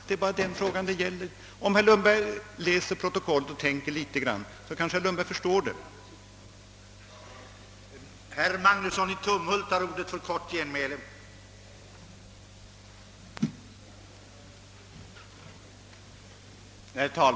Om herr Lundberg läser protokollet och tänker efter litet grand, kanske herr Lundberg förstår att frågan bara gäller detta.